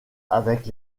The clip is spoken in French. avec